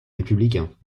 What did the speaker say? républicains